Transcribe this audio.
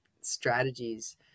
strategies